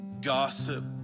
gossip